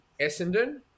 Essendon